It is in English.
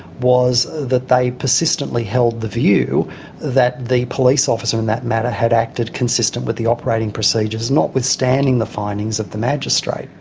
was that they persistently held the view that the police officer in that matter had acted consistent with the operating procedures, notwithstanding the findings of the magistrate.